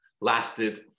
lasted